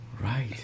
Right